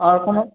आओर कोनो